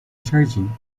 jardim